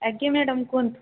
ଆଜ୍ଞା ମ୍ୟାଡ଼ାମ୍ କୁହନ୍ତୁ